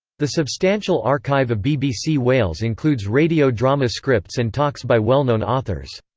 the substantial archive of bbc wales includes radio drama scripts and talks by well-known authors.